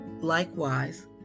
Likewise